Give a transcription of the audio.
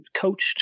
coached